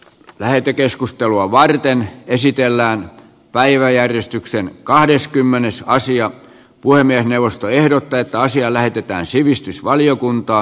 päihdekeskustelua varten esitellään päiväjärjestykseen kahdeskymmenes rasia puhemiesneuvosto ehdottaa että asia lähetetään sivistysvaliokuntaan